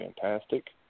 fantastic